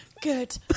Good